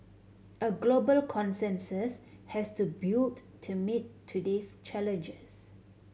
a global consensus has to built to meet today's challenges